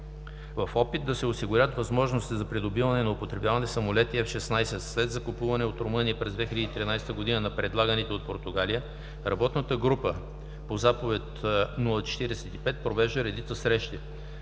в опит да се осигурят възможности за придобиване на употребявани самолети F-16 (след закупуване от Румъния през 2013 г. на предлаганите от Португалия), работната група по Заповед № ОХ-045 провежда редица срещи: